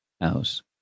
house